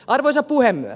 arvoisa puhemies